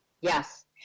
Yes